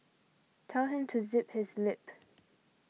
tell him to zip his lip